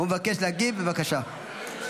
(תיקון